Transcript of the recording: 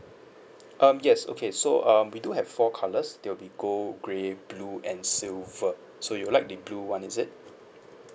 um yes okay so um we do have four colours there'll be gold grey blue and silver so you would like the blue one is it